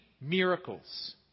miracles